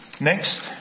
Next